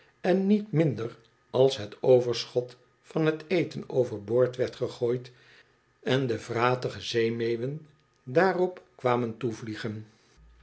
en niet minder als het overschot van het eten overboord werd gegooid en de vratige zeemeeuwen daarop kwamen toevliegen